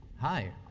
hi.